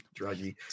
druggy